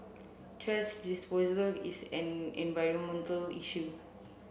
thrash disposal is an environmental issue